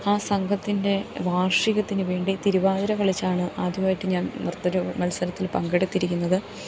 ആ സംഘത്തിൻ്റെ വാർഷികത്തിനു വേണ്ടി തിരുവാതിര കളിച്ചാണ് ആദ്യമായിട്ട് ഞാൻ നൃത്തമത്സരത്തിൽ പങ്കെടുത്തിരിക്കുന്നത്